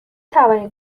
توانید